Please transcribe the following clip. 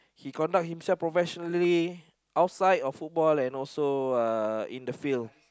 he conduct himself professionally outside of football and also uh in the field